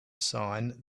sign